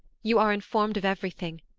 you are informed of every thing,